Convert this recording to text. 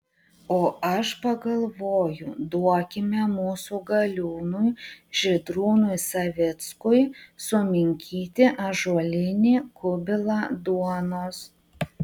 o aš pagalvoju duokime mūsų galiūnui žydrūnui savickui suminkyti ąžuolinį kubilą duonos